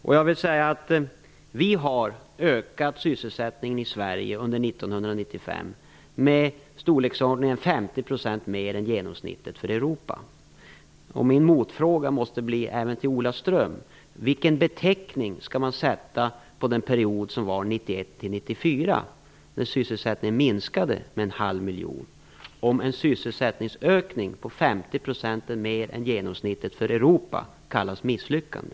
Vi har under 1995 ökat sysselsättningen i Sverige med i storleksordningen 50 % mer än genomsnittet för Europa. Min motfråga även till Ola Ström måste därför bli: Vilken beteckning skall man sätta på perioden 1991-1994, när sysselsättningen minskade med en halv miljon, om en sysselsättningsökning som är 50 % större än genomsnittet för Europa kallas misslyckande?